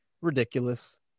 ridiculous